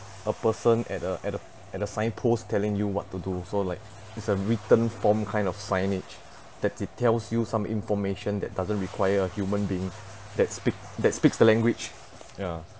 a person at a at the at the signpost telling you what to do so like is a written form kind of signage that they tells you some information that doesn't require a human being that speak that speaks the language ya